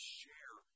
share